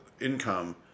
Income